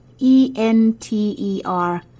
Enter